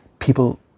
People